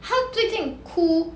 他最近哭